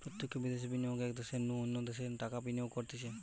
প্রত্যক্ষ বিদ্যাশে বিনিয়োগ এক দ্যাশের নু অন্য দ্যাশে টাকা বিনিয়োগ করতিছে